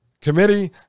Committee